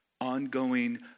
ongoing